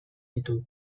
ditu